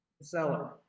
seller